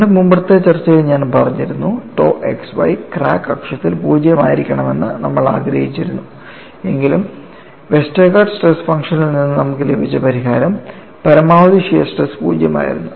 നമ്മുടെ മുമ്പത്തെ ചർച്ചയിൽ ഞാൻ പറഞ്ഞിരുന്നു tau xy ക്രാക്ക് അക്ഷത്തിൽ 0 ആയിരിക്കണമെന്ന് നമ്മൾ ആഗ്രഹിച്ചിരുന്നു എങ്കിലും വെസ്റ്റർഗാർഡ് സ്ട്രെസ് ഫംഗ്ഷനിൽ നിന്ന് നമുക്ക് ലഭിച്ച പരിഹാരം പരമാവധി ഷിയർ സ്ട്രെസ് 0 ആയിരുന്നു